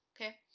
okay